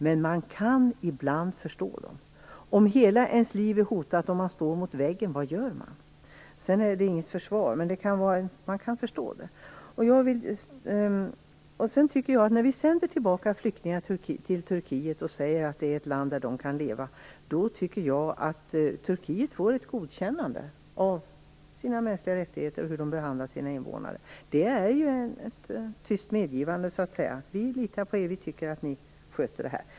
Men man kan ibland förstå dem. Vad gör man om hela ens liv är hotat och om man står mot väggen? Det är inget försvar, men man kan förstå det. När vi sänder tillbaka flyktingar till Turkiet, och säger att det är ett land där de kan leva, tycker jag att Turkiet får ett godkännande när det gäller de mänskliga rättigheterna och hur man behandlar sina invånare. Det är så att säga ett tyst medgivande: vi litar på er, vi tycker att ni sköter det här.